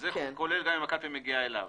זה כולל גם אם הקלפי מגיעה אליו.